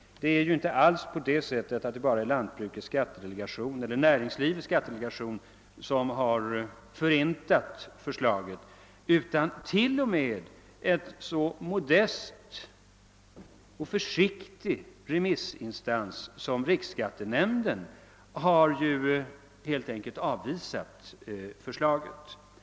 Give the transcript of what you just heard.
Det är inte alls så att det bara är lantbrukets skattedelegation eller näringslivets skattedelegation som har förintat förslaget, utan till och med en så modest och försiktig remissinstans som riksskattenämnden har avvisat förslaget.